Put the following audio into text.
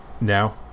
Now